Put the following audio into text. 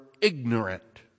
ignorant